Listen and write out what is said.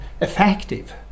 effective